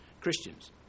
Christians